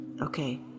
Okay